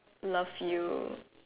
love you